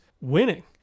winning